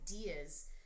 ideas